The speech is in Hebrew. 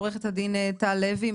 עו"ד נטע לוי,